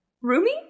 Rumi